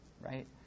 right